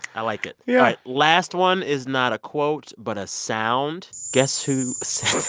i like it yeah all right, last one is not a quote but a sound. guess who said